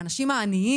הם האנשים העניים,